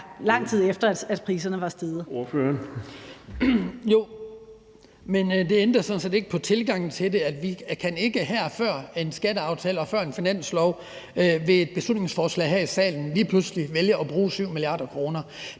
Hans Kristian Skibby (DD): Men det ændrer sådan set ikke på tilgangen til det, for vi kan ikke her før en skatteaftale og en finanslov ved et beslutningsforslag her i salen lige pludselig vælge at bruge 7 mia. kr.